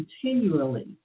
continually